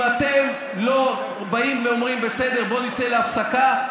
אם אתם לא באים ואומרים: בסדר, בוא נצא להפסקה,